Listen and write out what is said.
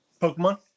Pokemon